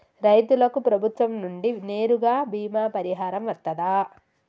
రైతులకు ప్రభుత్వం నుండి నేరుగా బీమా పరిహారం వత్తదా?